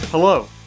Hello